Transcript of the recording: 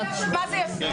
היא מאבדת קשב מה זה יפה.